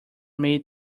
may